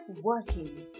working